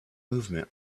movement